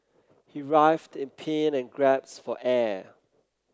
he writhed in pain and gasped for air